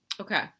Okay